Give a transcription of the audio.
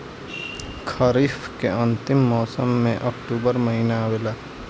खरीफ़ के अंतिम मौसम में अक्टूबर महीना आवेला?